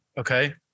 Okay